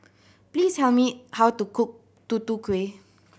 please tell me how to cook Tutu Kueh